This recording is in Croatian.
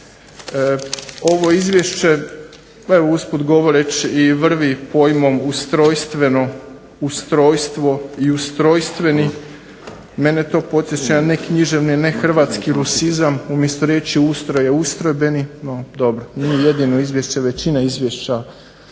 Ovo izvješće pa usput govoreći i vrvi pojmom ustrojstveno, ustrojstveni mene to podsjeća na neknjiževni ne hrvatski rusizam umjesto riječi ustroj je ustrojbeni, no dobro, nije jedino Izvješće većina izvješća